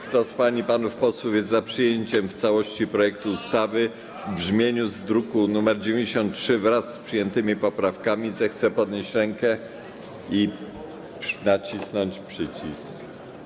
Kto z pań i panów posłów jest za przyjęciem w całości projektu ustawy w brzmieniu z druku nr 93, wraz z przyjętymi poprawkami, zechce podnieść rękę i nacisnąć przycisk.